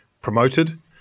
promoted